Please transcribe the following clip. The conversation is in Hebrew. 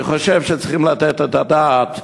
אני חושב שצריכים לתת את הדעת,